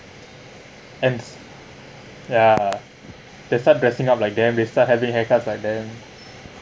and ya they start dressing up like them they start having haircuts like them